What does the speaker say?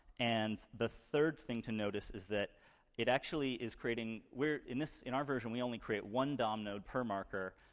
and the third thing to notice is that it actually is creating we're in this in our version we only create one dom node per marker,